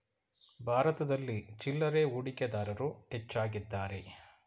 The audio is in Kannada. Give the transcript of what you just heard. ಭಾರತದಲ್ಲಿ ಚಿಲ್ಲರೆ ಹೂಡಿಕೆದಾರರು ಹೆಚ್ಚಾಗಿದ್ದಾರೆ